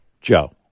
Joe